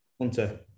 Hunter